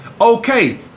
Okay